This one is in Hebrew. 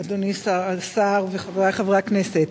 תודה רבה, אדוני השר וחברי חברי הכנסת,